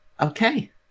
Okay